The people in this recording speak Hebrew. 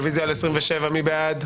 רביזיה על 26. מי בעד?